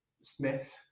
Smith